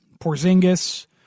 Porzingis